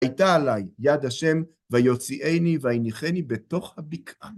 הייתה עליי יד השם, ויוציאני, ויניחני בתוך הבקעה.